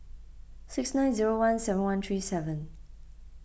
six nine zero one seven one three seven